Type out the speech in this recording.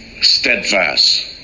steadfast